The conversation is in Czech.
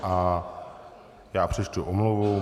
A já přečtu omluvu.